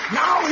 now